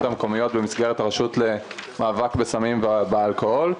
המקומיות במסגרת הרשות למאבק בסמים ובאלכוהול,